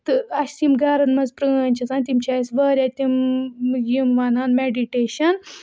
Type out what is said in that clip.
تہٕ اَسہِ یِم گَرَن مَنٛز پرٲنۍ چھِ آسان تِم چھِ اَسہِ واریاہ تِم یِم وَنان میٚڈِٹیشَن